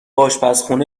آشپزخونه